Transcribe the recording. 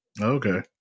Okay